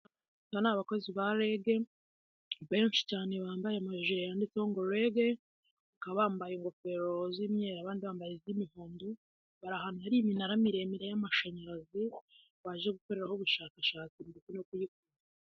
Aba ni abakozi ba REG benshi cyane bambaye amajiri yanditoho ngo REG, bakaba bambaye ingofero z'imyeru abandi bambayez'imihondo, Hari iminara miremire y'amashanyarazi baje gukoreraho ubushakashatsi.